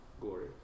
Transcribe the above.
glory